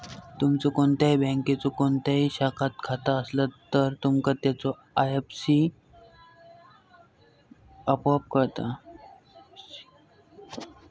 तुमचो कोणत्याही बँकेच्यो कोणत्याही शाखात खाता असला तर, तुमका त्याचो आय.एफ.एस.सी आपोआप कळता